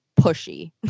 pushy